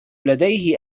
لديه